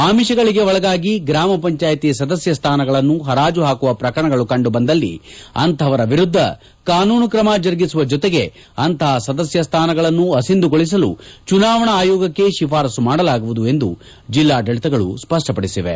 ಆಮಿಷಗಳಿಗೆ ಒಳಗಾಗಿ ಗ್ರಾಮ ಪಂಚಾಯಿತಿ ಸದಸ್ಯ ಸ್ವಾನಗಳನ್ನು ಪರಾಜು ಹಾಕುವ ಪ್ರಕರಣಗಳು ಕಂಡುಬಂದಲ್ಲಿ ಅಂತಹವರ ವಿರುದ್ದ ಕಾನೂನು ಕ್ರಮ ಜರುಗಿಸುವ ಜೊತೆಗೆ ಅಂತಹ ಸದಸ್ಯ ಸ್ಲಾನಗಳನ್ನು ಅಸಿಂಧುಗೊಳಿಸಲು ಚುನಾವಣಾ ಆಯೋಗಕ್ಷೆ ಶಿಫಾರಸ್ಸು ಮಾಡಲಾಗುವುದು ಎಂದು ಜಿಲ್ಲಾ ಆಡಳಿತಗಳು ಸ್ಪಷ್ಟಪಡಿಸಿವೆ